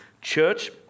church